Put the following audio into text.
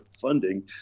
funding